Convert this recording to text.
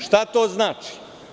Šta to znači?